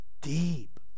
deep